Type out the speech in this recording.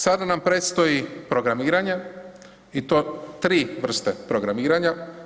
Sada nam predstoji programiranje i to tri vrste programiranja.